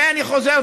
תודה.